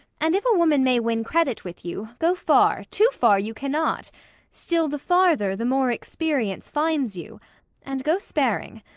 and if a woman may win credit with you, go far, too far you cannot still the farther the more experience finds you and go sparing,